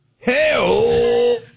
Hell